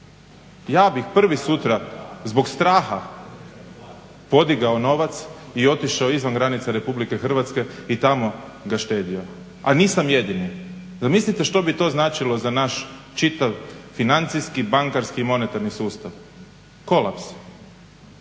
Ja bih prvi sutra zbog straha podigao novac i otišao izvan granica RH i tamo ga štedio, a nisam jedini. Zamislite što bi to značilo za naš čitav financijski, bankarski i monetarni sustav? Kolaps.